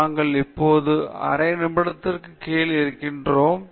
நாங்கள் இப்போது அரை நிமிடத்திற்கு கீழே இருக்கிறோம்